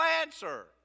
answer